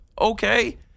okay